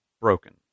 broken